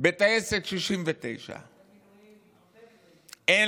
בטייסת 69. ומילואים.